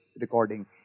recording